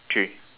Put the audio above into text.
three